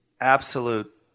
absolute